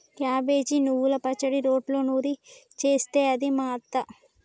cabbage నువ్వల పచ్చడి రోట్లో నూరి చేస్తది మా అత్త